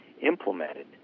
implemented